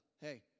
Hey